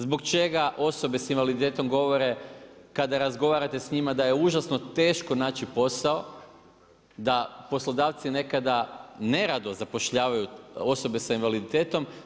Zbog čega osobe s invaliditetom govore, kada razgovarate s njima, da je užasno teško naći posao, da poslodavci nekada nerado zapošljavaju osobe s invaliditetom.